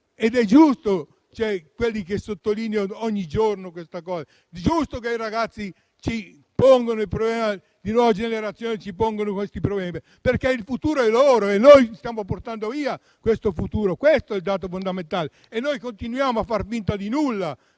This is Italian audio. ragione coloro che sottolineano ogni giorno questa cosa; è giusto che i ragazzi delle nuove generazioni ci pongano questi problemi, perché il futuro è loro e noi gli stiamo portando via il futuro. Questo è il dato fondamentale, ma noi continuiamo a far finta di nulla